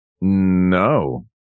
No